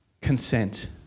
consent